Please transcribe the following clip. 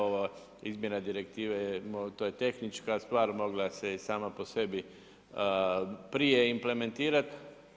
Ova izmjena direktive, to je tehnička stvar, mogla se i sama po sebi prije implementirati.